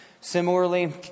Similarly